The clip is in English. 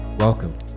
Welcome